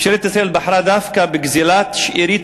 ממשלת ישראל בחרה דווקא בגזלת שארית